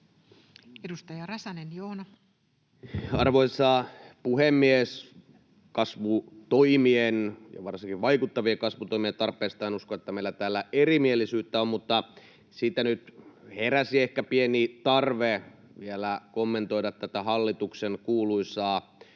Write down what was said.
18:23 Content: Arvoisa puhemies! Kasvutoimien ja varsinkin vaikuttavien kasvutoimien tarpeesta en usko, että meillä täällä erimielisyyttä on. Mutta ehkä nyt heräsi vielä pieni tarve kommentoida tätä hallituksen kuuluisaa